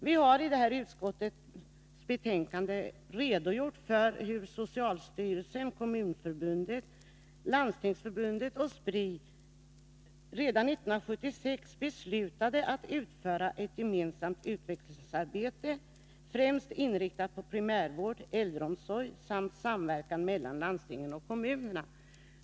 Vi har i betänkandet redogjort för hur socialstyrelsen, Kommunförbundet, Landstingsförbundet och Spri redan 1976 beslutade att utföra ett gemensamt utvecklingsarbete, främst inriktat på primärvård, äldreomsorg samt samverkan mellan landstingen och kommunerna.